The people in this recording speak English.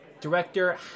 Director